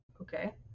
Okay